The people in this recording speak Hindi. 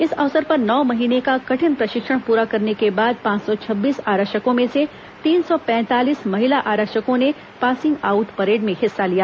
इस अवसर पर नौ महीने का कठिन प्रशिक्षण पूरा करने के बाद पांच सौ छब्बीस आरक्षकों में से तीन सौ पैंतालीस महिला आरक्षकों ने पासिंग आउट परेड में हिंस्सा लिया